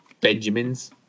Benjamin's